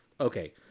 Okay